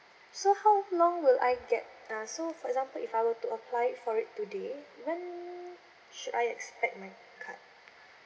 so how long will I get uh so for example if I were to apply for it today when should I expect my card